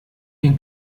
den